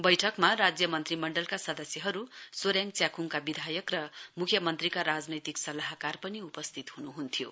बैठकमा राज्य मन्त्री मण्डलको सदस्यहरू सोरेङ च्याखुङक विधायक र मुख्यमन्त्रीका राजनैतिक सल्लाहकार पनि उपस्थित हुनुहुन्थ्यो